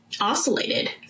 oscillated